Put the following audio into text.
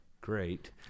Great